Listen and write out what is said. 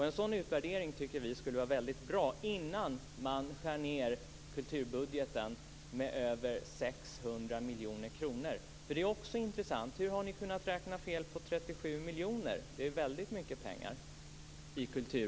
En sådan utvärdering tycker vi skulle vara väldigt bra innan man skär ned kulturbudgeten med över 600 miljoner kronor. Detta är också intressant: Hur har ni kunnat räkna fel på 37 miljoner i kulturbudgeten? Det är väldigt mycket pengar.